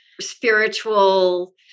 spiritual